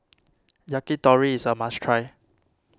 Yakitori is a must try